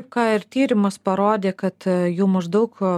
ką ir tyrimas parodė kad jau maždaug